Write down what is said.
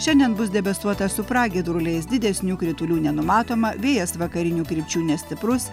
šiandien bus debesuota su pragiedruliais didesnių kritulių nenumatoma vėjas vakarinių krypčių nestiprus